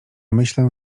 myślę